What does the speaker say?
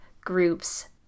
groups